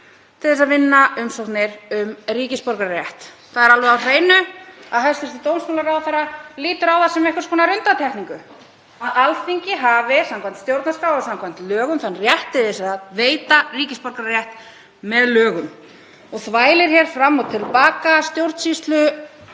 til að vinna umsóknir um ríkisborgararétt. Það er alveg á hreinu að hæstv. dómsmálaráðherra lítur á það sem einhvers konar undantekningu að Alþingi hafi samkvæmt stjórnarskrá og samkvæmt lögum rétt til að veita ríkisborgararétt með lögum og þvælir hér fram og til baka stjórnsýsluákvörðunum